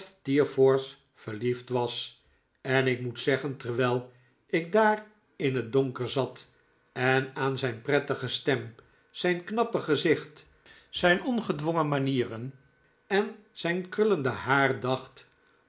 verliefd was en ik moet zeggen terwijl ik daar in het donker zat en aan zijn prettige stem zijn knappe gezicht zijn ongedwongen mahieren en zijn